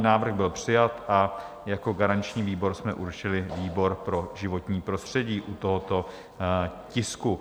Návrh byl přijat a jako garanční výbor jsme určili výbor pro životní prostředí u tohoto tisku.